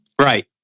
Right